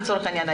לצורך העניין,